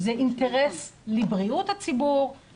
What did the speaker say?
זה אינטרס לבריאות הציבור,